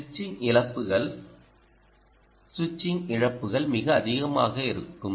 சுவிட்சிங் இழப்புகள் சுவிட்சிங் இழப்புகள் மிக அதிகமாக இருக்கும்